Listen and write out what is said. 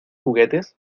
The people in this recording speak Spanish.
juguetes